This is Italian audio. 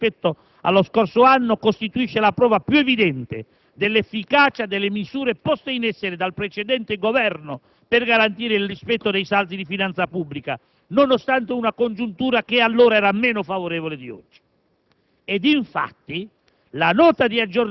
che segue un costante e crescente miglioramento rispetto allo scorso anno, costituisce la prova più evidente dell'efficacia delle misure poste in essere dal precedente Governo per garantire il rispetto dei saldi di finanza pubblica, nonostante una congiuntura che allora era meno favorevole di oggi.